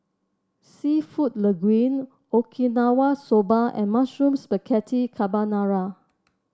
seafood Linguine Okinawa Soba and Mushroom Spaghetti Carbonara